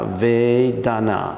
vedana